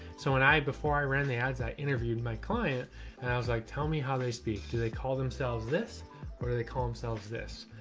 so when i, before i ran the ads, i interviewed my client and i was like, tell me how they speak. do they call themselves this or do they call themselves this?